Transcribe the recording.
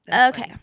Okay